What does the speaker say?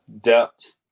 depth